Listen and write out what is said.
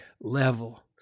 level